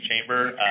Chamber